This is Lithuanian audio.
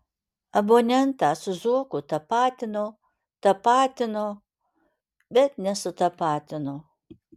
abonentą su zuoku tapatino tapatino bet nesutapatino